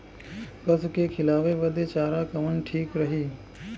पशु के खिलावे बदे चारा कवन ठीक रही?